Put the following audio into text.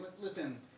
listen